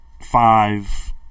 Five